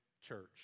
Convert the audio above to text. church